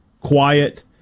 quiet